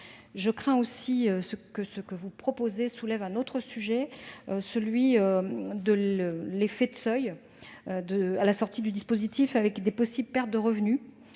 Je crains également que ce que vous proposez ne soulève un autre sujet, celui de l'effet de seuil à la sortie du dispositif, avec de possibles pertes de revenus,